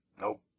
nope